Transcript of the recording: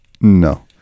No